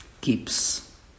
keeps